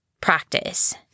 practice